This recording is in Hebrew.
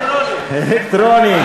יהדות התורה, להצביע?